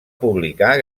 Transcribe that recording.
publicar